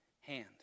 hand